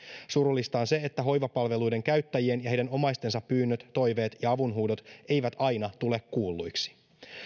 surullista on se että hoivapalveluiden käyttäjien ja heidän omaistensa pyynnöt toiveet ja avunhuudot eivät aina tule kuulluiksi